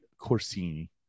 Corsini